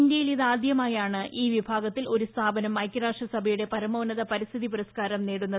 ഇന്ത്യയിൽ ഇതാദ്യമായാണ് ഈ വിഭാഗത്തിൽ ഒരു സ്ഥാപനം ഐക്യരാഷ്ട്രസഭയുടെ പരമോന്നത പരിസ്ഥിതി പുരസ്ക്കാരം നേടുന്നത്